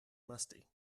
musty